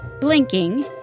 blinking